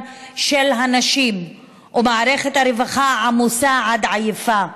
של הנשים ומערכת הרווחה עמוסה עד עייפה.